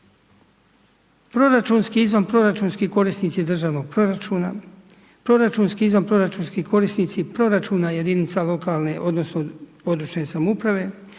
proračunski, izvanproračunski korisnici državnog proračuna, proračunski, izvanproračunski korisnici proračuna jedinica lokalne, odnosno područne samouprave,